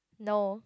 no